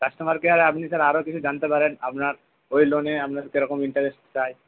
customer কেয়ারে আপনি sir আরও কিছু জানতে পারেন আপনার ওই লোনে আপনার কেরকম ইন্টারেস্ট চায়